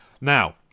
Now